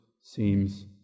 seems